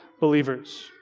believers